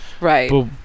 right